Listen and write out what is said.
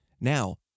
Now